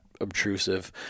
obtrusive